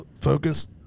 Focus